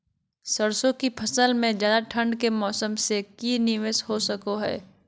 सरसों की फसल में ज्यादा ठंड के मौसम से की निवेस हो सको हय?